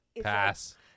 Pass